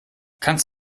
kannst